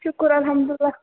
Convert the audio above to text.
شُکُر الحمداللہ